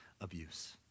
abuse